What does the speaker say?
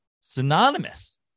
Synonymous